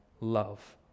love